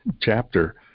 chapter